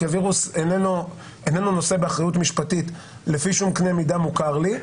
כי הווירוס איננו נושא באחריות משפטית לפי שום קנה מידה מוכר לי.